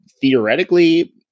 theoretically